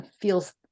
feels